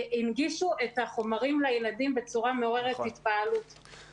הנגישו את החומר לילדים בצורה מעוררת התפעלות.